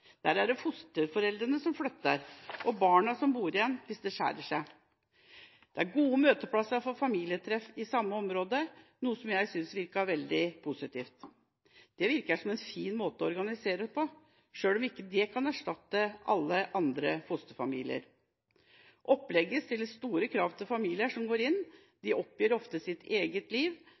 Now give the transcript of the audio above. Der er det fosterforeldrene som flytter, og barna som bor igjen, hvis det skjærer seg. Det er gode møteplasser for familietreff i samme område, noe som jeg syntes virket veldig positivt. Det virker som en fin måte å organisere det på, selv om det ikke kan erstatte alle andre fosterfamilier. Opplegget stiller store krav til familier som går inn, de oppgir ofte sitt eget liv.